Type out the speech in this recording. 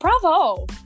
bravo